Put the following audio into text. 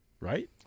Right